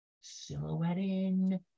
silhouetting